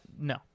no